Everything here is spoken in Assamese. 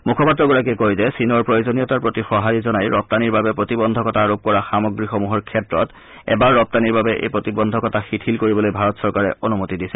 মুখপাত্ৰগৰাকীয়ে কয় যে চীনৰ প্ৰয়োজনীয়তাৰ প্ৰতি সঁহাৰি জনাই ৰপ্তানিৰ বাবে প্ৰতিবদ্ধকতা আৰোপ কৰা সামগ্ৰীসমূহৰ ক্ষেত্ৰত এবাৰ ৰপ্তানিৰ বাবে এই প্ৰতিবন্ধকতা শিথিল কৰিবলৈ ভাৰত চৰকাৰে অনুমতি প্ৰদান কৰিছে